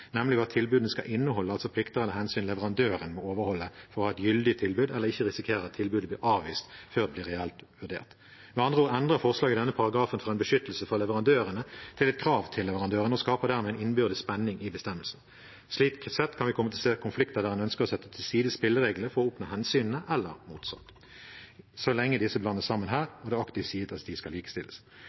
nemlig hva tilbudene skal inneholde, altså plikter eller hensyn leverandørene må overholde for å ha et gyldig tilbud eller for ikke å risikere at tilbudet blir avvist før det blir reelt vurdert. Med andre ord endrer forslaget denne paragrafen fra å være en beskyttelse fra leverandørene til å være et krav til leverandørene, og skaper dermed en innbyrdes spenning i bestemmelsen. Slik sett kan vi komme til å se konflikter der en ønsker å sette til side spillereglene for å oppnå hensynene eller motsatt, så lenge disse blandes sammen her, eller det aktivt sies at de skal likestilles.